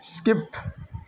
skip